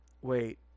wait